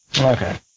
Okay